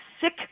sick